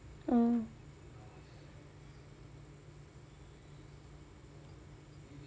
oh